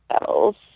else